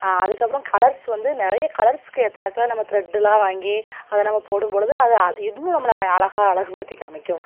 அதுக்கப்புறம் கலர்ஸ் வந்து நிறைய கலர்ஸ்க்கு ஏத்தாப்ல நம்ம த்ரெட்டுலாம் வாங்கி அதை நம்ம போடும் பொழுது அதை இன்னும் நம்மளை அழகா அழகுப்படுத்தி காமிக்கும்